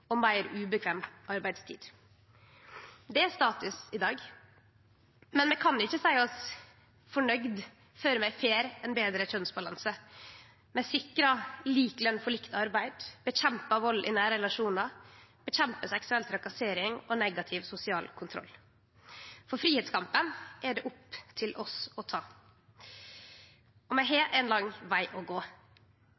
og har meir uhøveleg arbeidstid. Det er status i dag. Vi kan ikkje seie oss fornøgde før vi får ein betre kjønnsbalanse, før vi sikrar lik løn for likt arbeid og set inn tiltak mot vald i nære relasjonar, seksuell trakassering og negativ sosial kontroll. For fridomskampen er det opp til oss å ta, og vi har